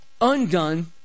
undone